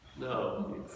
No